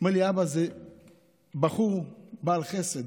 הוא אמר לי, אבא, זה בחור בעל חסד.